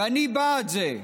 ואני בעד זה,